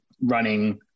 running